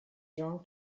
jean